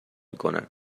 میکنن